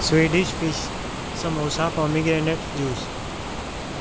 Swedish fish samosa pomegranate juice